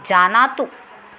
जानातु